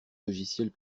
logiciels